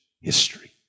history